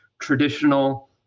traditional